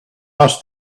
ask